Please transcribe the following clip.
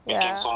yeah